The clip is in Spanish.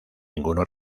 ninguno